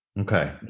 Okay